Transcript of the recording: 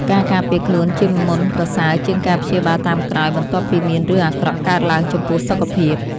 ការការពារខ្លួនជាមុនប្រសើរជាងការព្យាបាលតាមក្រោយបន្ទាប់ពីមានរឿងអាក្រក់កើតឡើងចំពោះសុខភាព។